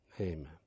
Amen